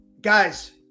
Guys